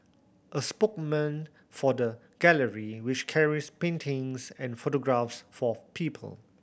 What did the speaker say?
a spokesman for the gallery which carries paintings and photographs for people